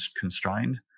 constrained